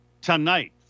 tonight